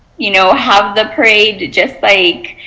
you know, have the parade, just like,